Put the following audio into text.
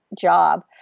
job